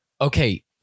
okay